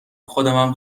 خودمم